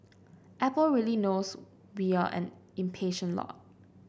apple really knows we are an impatient lot